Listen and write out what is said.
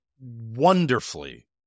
wonderfully